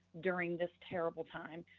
during this terrible time.